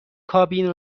کابین